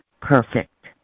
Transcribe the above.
Perfect